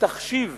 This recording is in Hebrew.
תחשיב